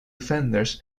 vendors